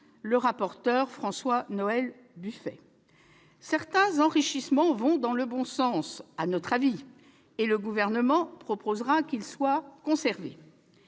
le rapporteur, François-Noël Buffet. Certains enrichissements vont dans le bon sens, et le Gouvernement proposera qu'ils soient conservés.